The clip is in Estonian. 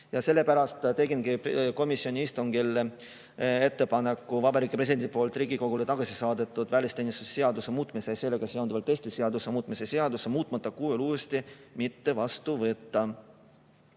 Ja sellepärast tegingi komisjoni istungil ettepaneku Vabariigi Presidendi poolt Riigikogule tagasi saadetud välisteenistuse seaduse muutmise ja sellega seonduvalt teiste seaduste muutmise seadust muutmata kujul uuesti mitte vastu võtta.